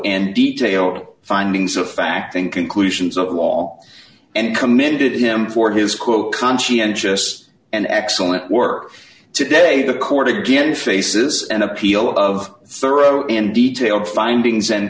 and detailed findings of fact and conclusions of law and commended him for his quote conscientious and excellent work today the court again faces an appeal of thorough and detailed findings and